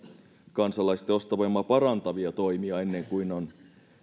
kansalaisten ostovoimaa parantavia toimia ennen kuin on